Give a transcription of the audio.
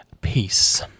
peace